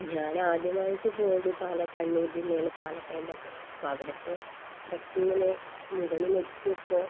ഞാൻ ആദ്യമായിട്ട് പോയത് പാല കണ്ണൂർ ജില്ലയിലെ പാലക്കയം തട്ടിലാണ് അപ്പം അവിടുത്തെ ട്രെക്കിങ്ങിന് മുകളിലെത്തിയപ്പോൾ